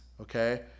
okay